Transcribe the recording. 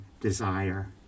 desire